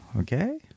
Okay